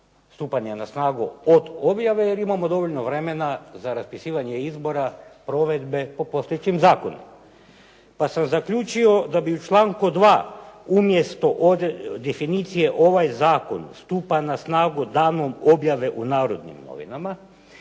stupanja na snagu od objave, jer imamo dovoljno vremena za raspisivanje izbora provedbe po postojećim zakonima. Pa sam zaključio da bi u članku 2. umjesto definicije ovaj zakon stupa na snagu danom objave u "Narodnim novinama"